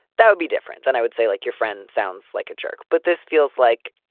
that would be different than i would say. like your friend sounds like a jerk, but this feels like.